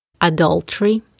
adultery